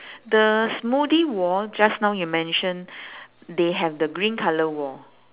the smoothie wall just now you mention they have the green colour wall